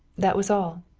that was all.